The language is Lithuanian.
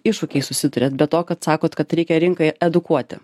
iššūkiais susiduriat be to kad sakot kad reikia rinkai edukuoti